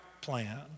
plan